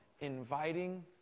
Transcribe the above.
inviting